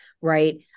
right